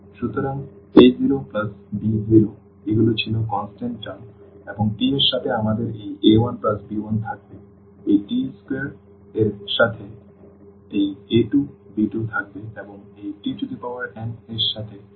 সুতরাং a0b0 এগুলো ছিল কনস্ট্যান্ট টার্ম এবং t এর সাথে আমাদের এই a1b1 থাকবে এই t2 এর সাথে এই a2b2 থাকবে এবং এই tn এর সাথে আমাদের anbn থাকবে